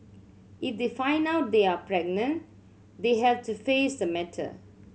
if they find out they are pregnant they have to face the matter